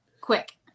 Quick